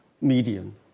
median